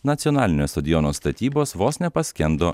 nacionalinio stadiono statybos vos nepaskendo